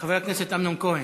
חבר הכנסת אמנון כהן.